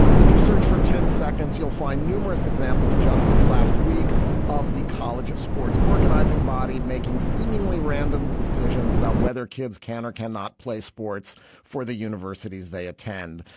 if you search for ten seconds you'll find numerous examples just this last week of the college sports organizing body making seemingly random decisions about whether kids can or cannot play sports for the universities they attend.